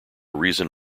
reason